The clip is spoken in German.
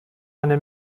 eine